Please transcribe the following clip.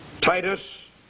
Titus